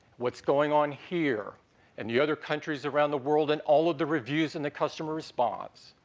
what's going on here and the other countries around the world and all of the reviews and the customer response,